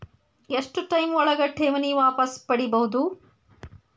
ಎಷ್ಟು ಟೈಮ್ ಒಳಗ ಠೇವಣಿ ವಾಪಸ್ ಪಡಿಬಹುದು?